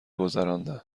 گذراندم